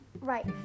right